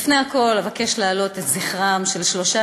לפני הכול אבקש להעלות את זכרם של שלושה